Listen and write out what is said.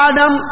Adam